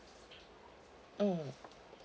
mm